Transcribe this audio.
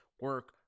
Work